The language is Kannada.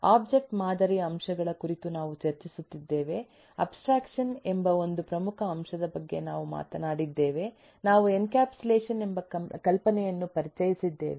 ಒಬ್ಜೆಕ್ಟ್ ಮಾದರಿ ಅಂಶಗಳ ಕುರಿತು ನಾವು ಚರ್ಚಿಸುತ್ತಿದ್ದೇವೆ ಅಬ್ಸ್ಟ್ರಾಕ್ಷನ್ ಎಂಬ ಒಂದು ಪ್ರಮುಖ ಅಂಶದ ಬಗ್ಗೆ ನಾವು ಮಾತನಾಡಿದ್ದೇವೆ ನಾವು ಎನ್ಕ್ಯಾಪ್ಸುಲೇಷನ್ ಎಂಬ ಕಲ್ಪನೆಯನ್ನು ಪರಿಚಯಿಸಿದ್ದೇವೆ